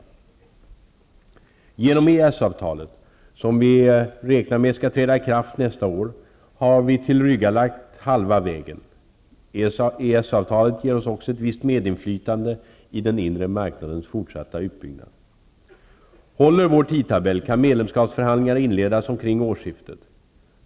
Genom EES-avtalet, som vi räknar med skall träda i kraft nästa år, har vi tillryggalagt drygt halva vägen. EES-avtalet ger oss också ett visst medinflytande i den inre marknadens fortsatta utbyggnad. Håller vår tidtabell kan medlemskapsförhandlingar inledas omkring årsskiftet.